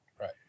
Right